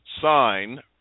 sign